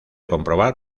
comprobar